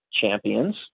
champions